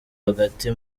hagati